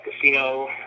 Casino